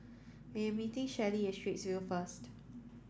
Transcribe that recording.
am meeting Shelli at Straits View first